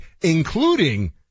including